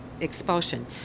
expulsion